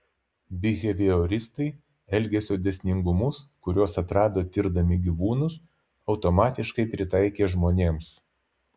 bihevioristai elgesio dėsningumus kuriuos atrado tirdami gyvūnus automatiškai pritaikė žmonėms